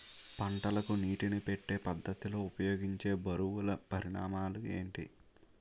పంటలకు నీటినీ పెట్టే పద్ధతి లో ఉపయోగించే బరువుల పరిమాణాలు చెప్పండి?